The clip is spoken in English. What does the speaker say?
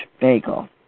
bagel